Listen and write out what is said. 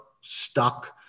stuck